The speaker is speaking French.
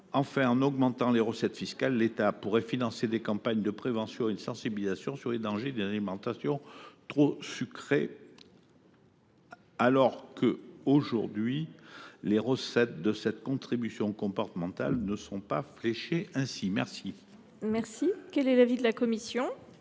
Enfin, en augmentant les recettes fiscales, l’État pourrait financer des campagnes de prévention et de sensibilisation sur les dangers d’une alimentation trop sucrée, alors que, aujourd’hui, les recettes de cette contribution comportementale ne sont pas fléchées ainsi. Quel est l’avis de la commission ?